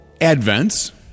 Advents